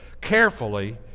carefully